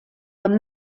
were